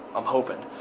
i'm hoping.